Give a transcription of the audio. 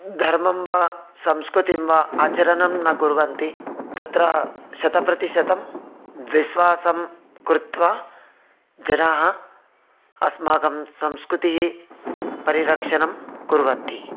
धर्मं वा संस्कृतिं वा आचरणं न कुर्वन्ति तत्र शतप्रतिशतं विश्वासं कृत्वा जनाः अस्माकं संस्कृतिः परिरक्षणं कुर्वन्ति